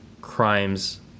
crimes